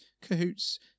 Cahoots